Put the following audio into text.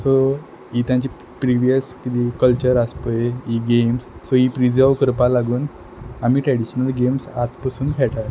so ही तेंची previous कितें कल्चर आस पय हीं गेम्स सो हीं प्रिजर्व करपा लागून आमी ट्रॅडिशनल गेम्स आत पसून खेळटात